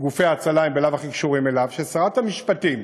גופי ההצלה הם בלאו הכי קשורים אליו, ששרת המשפטים